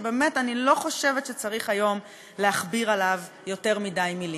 ובאמת אני לא חושבת שצריך היום להכביר עליו יותר מדי מילים.